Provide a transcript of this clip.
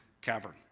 cavern